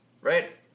right